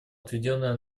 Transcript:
отведенное